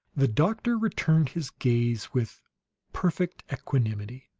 the doctor returned his gaze with perfect equanimity.